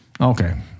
Okay